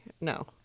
no